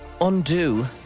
undo